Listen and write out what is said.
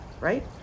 right